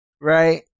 Right